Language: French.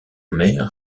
mer